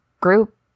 group